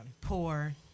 poor